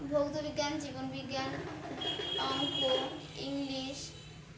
ভৌদ্ধবিজ্ঞান জীবনবিজ্ঞান অঙ্ক ইংলিশ